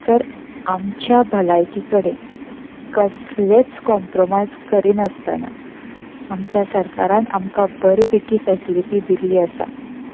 जर आमच्या भलायकी कडेन कसलेच कम्प्रोमायज करिनासतना आमच्या सरकारान आमकां बरी पैकी फेसिलिटी दिल्ली आसा